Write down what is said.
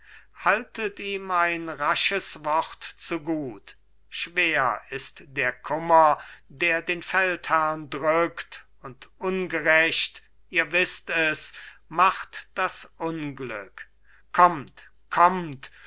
haltet ihm ein rasches wort zugut schwer ist der kummer der den feldherrn drückt und ungerecht ihr wißt es macht das unglück kommt kommt